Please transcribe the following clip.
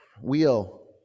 wheel